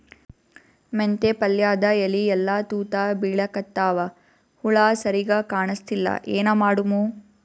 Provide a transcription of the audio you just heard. ಮೆಂತೆ ಪಲ್ಯಾದ ಎಲಿ ಎಲ್ಲಾ ತೂತ ಬಿಳಿಕತ್ತಾವ, ಹುಳ ಸರಿಗ ಕಾಣಸ್ತಿಲ್ಲ, ಏನ ಮಾಡಮು?